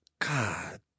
God